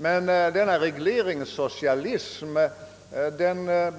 Men denna regleringssocialism